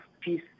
peace